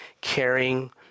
caring